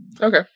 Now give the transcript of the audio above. Okay